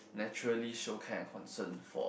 naturally show care and concern for